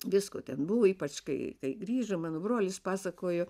visko ten buvo ypač kai kai grįžo mano brolis pasakojo